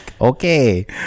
Okay